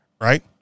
right